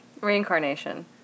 Reincarnation